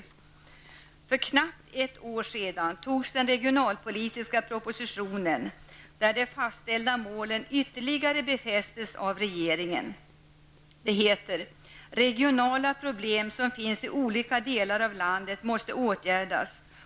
För knappt ett år sedan antogs den regionalpolitiska propositionen, där de fastställda målen ytterligare befästes av regeringen. Det heter där: ''Regionala problem som finns i olika delar av landet måste åtgärdas --.